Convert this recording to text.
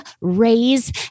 raise